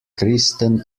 christen